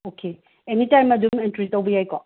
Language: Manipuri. ꯑꯣꯀꯦ ꯑꯦꯅꯤꯇꯥꯏꯝ ꯑꯗꯨꯝ ꯑꯦꯟꯇ꯭ꯔꯤ ꯇꯧꯕ ꯌꯥꯏꯀꯣ